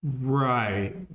Right